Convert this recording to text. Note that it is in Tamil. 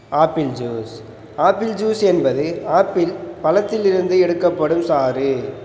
ஆப்பிள் ஜூஸ் ஆப்பிள் ஜூஸ் என்பது ஆப்பிள் பழத்திலிருந்து எடுக்கப்படும் சாறு